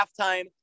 halftime